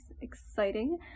exciting